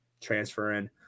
transferring